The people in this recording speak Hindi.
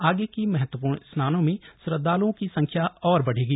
आगे के महत्वपूर्ण स्नानों में श्रद्वाल्ओं की संख्या और बढ़ेगी